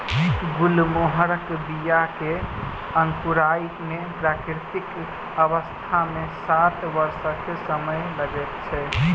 गुलमोहरक बीया के अंकुराय मे प्राकृतिक अवस्था मे सात वर्षक समय लगैत छै